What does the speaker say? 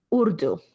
Urdu